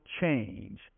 change